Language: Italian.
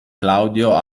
claudio